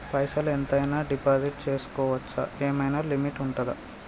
పైసల్ ఎంత అయినా డిపాజిట్ చేస్కోవచ్చా? ఏమైనా లిమిట్ ఉంటదా?